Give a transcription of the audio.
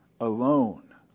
alone